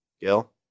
Gil